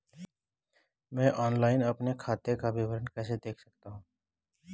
मैं ऑनलाइन अपने खाते का विवरण कैसे देख सकता हूँ?